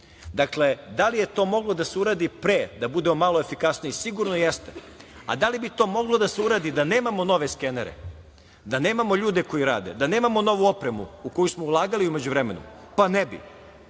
Dakle, da li je to moglo da se uradi pre, da budemo malo efikasniji? Sigurno jeste. Da li bi to moglo da se uradi da nemamo nove skenere, da nemamo ljude koji rade, da nemamo novu opremu u koju smo ulagali u međuvremenu? Ne bi.